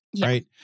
Right